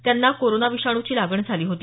त्यांना कोरोना विषाणूची लागण झाली होती